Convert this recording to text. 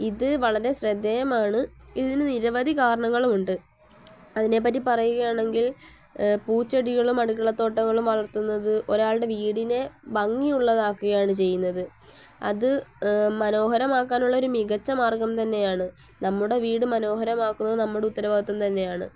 ഇത് വളരെ ശ്രദ്ധേയമാണ് ഇതിന് നിരവധി കാരണങ്ങളുമുണ്ട് അതിനെപ്പറ്റി പറയുകയാണെങ്കിൽ പൂച്ചെടികളും അടുക്കളത്തോട്ടങ്ങളും വളർത്തുന്നത് ഒരാളുടെ വീടിനെ ഭംഗിയുള്ളതാക്കുകയാണ് ചെയ്യുന്നത് അത് മനോഹരമാക്കാനുള്ളൊരു മികച്ച മാർഗ്ഗം തന്നെയാണ് നമ്മുടെ വീട് മനോഹരമാക്കുന്നത് നമ്മുടെ ഉത്തരവാദിത്വം തന്നെയാണ്